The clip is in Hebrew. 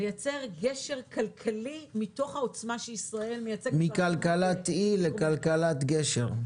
לייצר גשר כלכלי מתוך העוצמה שישראל מייצרת --- מכלכלת אי לכלכת גשר.